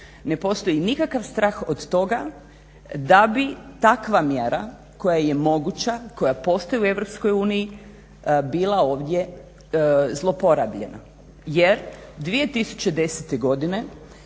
ne postoji nikakav strah od toga da bi takva mjera koja je moguća, koja postoji u Europskoj uniji bila ovdje zloporabljena jer 2010. godine